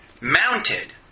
mounted